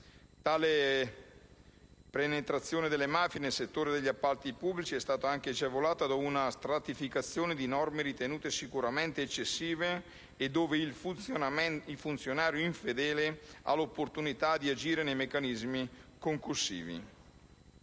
Tale penetrazione delle mafie nel settore degli appalti pubblici è stata agevolata anche da una stratificazione di norme ritenute sicuramente eccessive, per cui il funzionario infedele ha l'opportunità di agire nei meccanismi concussivi.